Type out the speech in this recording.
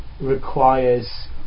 Requires